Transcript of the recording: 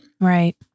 Right